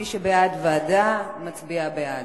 מי שבעד ועדה, מצביע בעד.